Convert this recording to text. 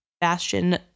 Bastion